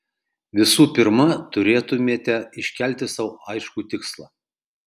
visų pirma turėtumėte iškelti sau aiškų tikslą